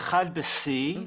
אחת ב-C,